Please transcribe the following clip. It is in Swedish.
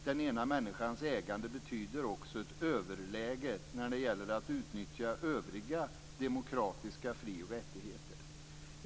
Den ena människans ägande betyder också ett överläge när det gäller att utnyttja övriga demokratiska fri och rättigheter.